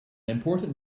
important